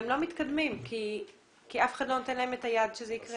והם לא מתקדמים כי אף אחד לא נותן להם את היד שזה יקרה.